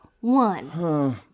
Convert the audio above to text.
one